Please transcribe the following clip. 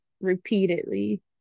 repeatedly